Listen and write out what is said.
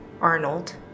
Arnold